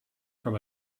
from